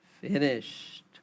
finished